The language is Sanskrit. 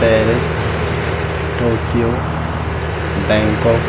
Paris Tokyo Bangkok